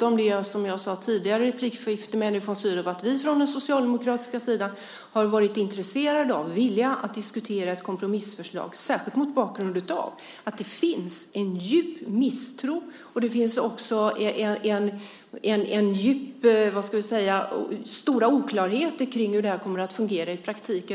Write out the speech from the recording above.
om det som jag sade tidigare i ett replikskifte med Henrik von Sydow, nämligen att vi från den socialdemokratiska sidan har varit intresserade av och villiga att diskutera ett kompromissförslag, särskilt mot bakgrund av att det finns en djup misstro. Det finns också stora oklarheter om hur detta kommer att fungera i praktiken.